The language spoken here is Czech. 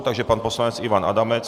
Takže pan poslanec Ivan Adamec.